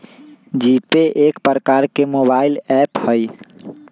GPay एक प्रकार के मोबाइल ऐप हइ